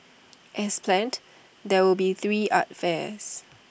as planned there will be three art fairs